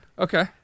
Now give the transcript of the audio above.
Okay